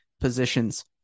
positions